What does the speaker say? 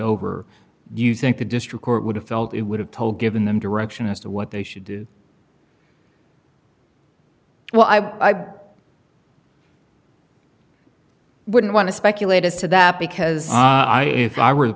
do you think the district court would have felt it would have told given them direction as to what they should do well i wouldn't want to speculate as to that because i if i were the